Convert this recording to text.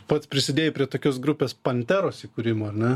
pats prisidėjai prie tokios grupės panteros įkūrimo ar ne